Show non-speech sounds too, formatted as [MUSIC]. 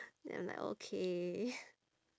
and I'm like okay [BREATH]